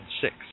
six